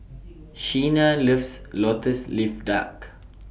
Chyna loves Lotus Leaf Duck